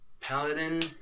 paladin